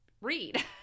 read